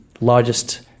largest